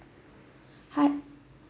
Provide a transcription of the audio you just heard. hi